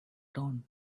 dawn